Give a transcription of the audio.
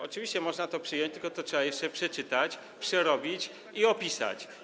Oczywiście można to przyjąć, tylko to trzeba jeszcze przeczytać, przerobić i opisać.